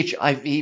HIV